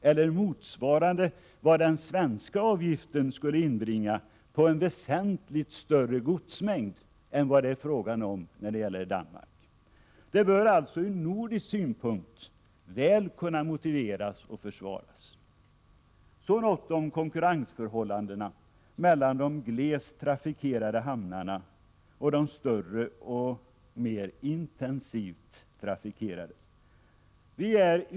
Det motsvarar vad den svenska avgiften skulle inbringa på en väsentligt större godsmängd än vad det är fråga om i Danmark. Denna avgift bör alltså ur nordisk synpunkt väl kunna motiveras och försvaras. Därefter något om konkurrensförhållandena mellan de glest trafikerade hamnarna och de större och mer intensivt trafikerade.